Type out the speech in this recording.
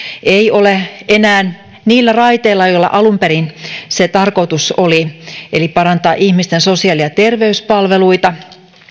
ei ole enää niillä raiteilla joilla alun perin tarkoitus oli parantaa ihmisten sosiaali ja terveyspalveluita